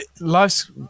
life's